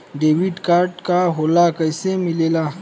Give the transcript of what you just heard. Debit card का होला कैसे मिलेला?